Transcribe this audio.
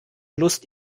lust